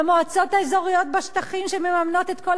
למועצות האזוריות בשטחים שמממנות את כל